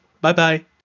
Bye-bye